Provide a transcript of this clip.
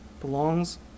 belongs